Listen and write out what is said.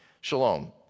shalom